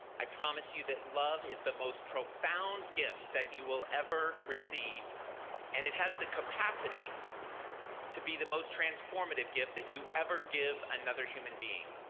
i promise you that love is the most profound gift that you will ever receive and it has the capacity to be the most transformative gift that you ever give another human being.